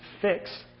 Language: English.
fix